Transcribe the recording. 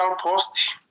post